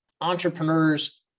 entrepreneurs